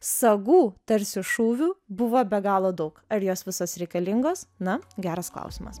sagų tarsi šūvių buvo be galo daug ar jos visos reikalingos na geras klausimas